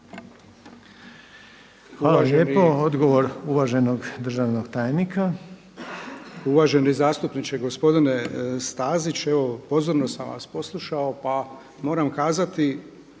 Hvala lijepo. Odgovor uvaženog državnog tajnika. **Poljičak, Ivica** Uvaženi zastupniče, gospodine Stazić, evo pozorno sam vas poslušao pa moram kazati